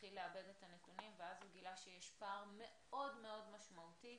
התחיל לעבד את הנתונים ואז הוא גילה שיש פער מאוד-מאוד משמעותי,